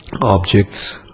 objects